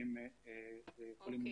5,000 חולים מונשמים.